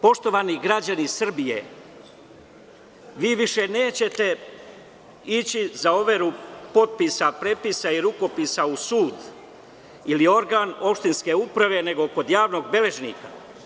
Poštovani građani Srbije vi više nećete ići za overu potpisa, prepisa i rukopisa u sud ili organ opštinske uprave, nego kod javnog beležnika.